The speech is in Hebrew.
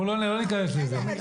אנחנו לא ניכנס לזה.